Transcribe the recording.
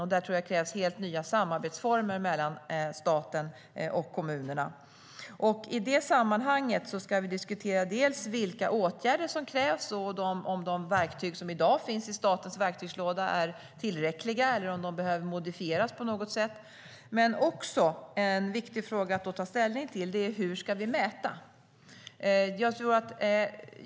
Jag tror att det krävs helt nya samarbetsformer mellan staten och kommunerna för det. En annan viktig fråga att ta ställning till är hur vi ska mäta.